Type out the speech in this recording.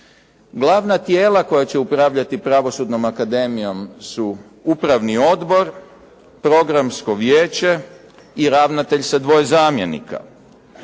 Glavna tijela koja će upravljati Pravosudnom akademijom su upravni odbor, programsko vijeće i ravnatelj sa dvoje zamjenika.